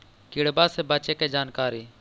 किड़बा से बचे के जानकारी?